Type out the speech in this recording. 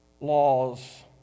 laws